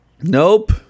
Nope